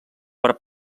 per